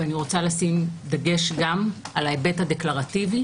אני שמה דגש גם על ההיבט הדקלרטיבי